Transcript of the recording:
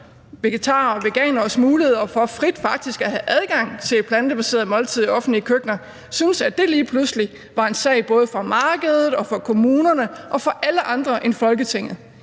vegetarer og veganeres muligheder for frit faktisk at have adgang til et plantebaseret måltid i offentlige køkkener, syntes, at det lige pludselig var en sag for både markedet og for kommunerne og for alle andre end Folketinget.